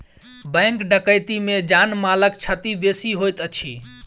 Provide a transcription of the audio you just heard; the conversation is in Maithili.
बैंक डकैती मे जान मालक क्षति बेसी होइत अछि